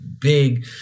big